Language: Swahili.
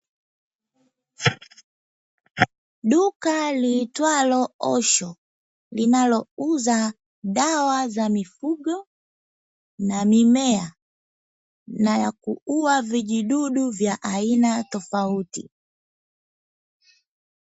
Duka liitwalo "osho", linalouza dawa za mifugo na mimea na ya kuua vijidudu vya aina toafuti.